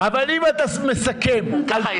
ככה יהיה.